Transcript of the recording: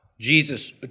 Jesus